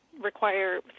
require